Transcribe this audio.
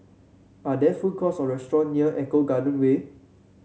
are there food courts or restaurant near Eco Garden Way